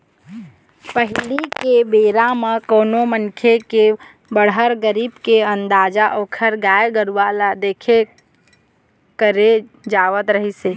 पहिली के बेरा म कोनो मनखे के बड़हर, गरीब के अंदाजा ओखर गाय गरूवा ल देख के करे जावत रिहिस हे